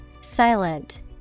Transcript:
Silent